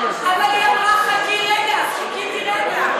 אבל היא אמרה חכי רגע, אז חיכיתי רגע.